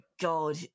God